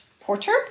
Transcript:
Porter